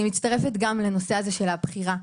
אני מצטרפת גם לנושא הבחירה.